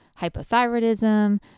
hypothyroidism